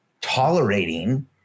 tolerating